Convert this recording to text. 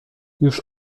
już